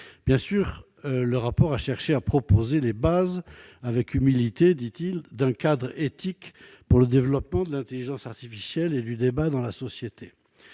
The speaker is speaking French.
Bien sûr, le rapport a cherché à proposer, avec humilité, est-il précisé, les fondements d'un cadre éthique pour le développement de l'intelligence artificielle et du débat dans la société.